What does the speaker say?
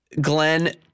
Glenn